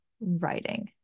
writing